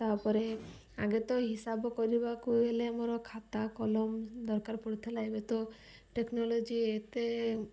ତା'ପରେ ଆଗେ ତ ହିସାବ କରିବାକୁ ହେଲେ ଆମର ଖାତା କଲମ ଦରକାର ପଡ଼ିଥିଲା ଏବେ ତ ଟେକ୍ନୋଲୋଜି ଏତେ